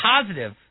positive